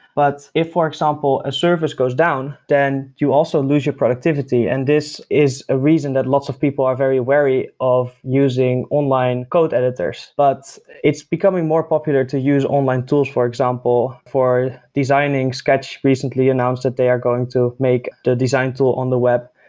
but if for example, a service goes down then you also lose your activity. and this is a reason that lots of people are very wary of using online code editors. but it's becoming more popular to use online tools for example for designing. sketch recently announced that they are going to make the design tool on the web.